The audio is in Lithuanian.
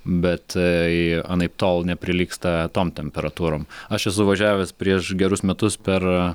bet tai anaiptol neprilygsta tom temperatūrom aš esu važiavęs prieš gerus metus per